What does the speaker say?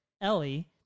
Ellie